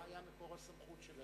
מה היה מקור הסמכות?